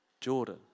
Jordan